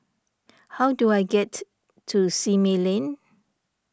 how do I get to Simei Lane